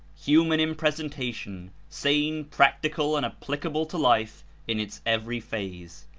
human in presentation, sane, practical and applicable to life in its every phase.